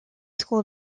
school